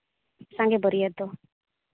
ᱥᱟᱸᱜᱮ ᱵᱟᱹᱨᱭᱟᱹᱛ ᱫᱚ